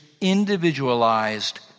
individualized